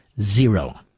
Zero